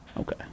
Okay